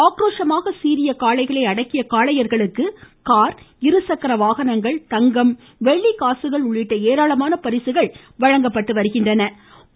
ஆக்ரோஷமாக சீறிய காளைகளை அடக்கிய காளையர்களுக்கு கார் இருசக்கர வாகனங்கள் தங்கம் வெள்ளிக்காசுகள் உள்ளிட்ட ஏராளமான பரிசுகள் வழங்கப்பட்டு வருகின்றன